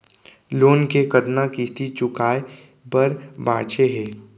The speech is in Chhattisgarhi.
लोन के कतना किस्ती चुकाए बर बांचे हे?